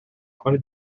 quale